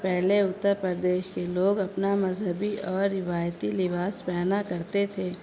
پہلے اتر پردیش کے لوگ اپنا مذہبی اور روایتی لباس پہنا کرتے تھے